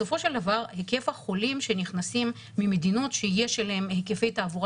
בסופו של דבר היקף החולים שנכנסים ממדינות שיש אליהן היקפי תעבורה